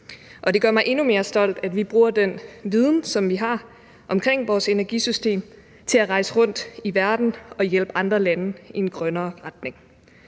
det gør mig endnu mere stolt, at vi bruger den viden, som vi har om vores energisystem, til at rejse rundt i verden og hjælpe andre lande i en grønnere retning.